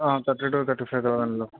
thirty two thirty five థౌజండ్లో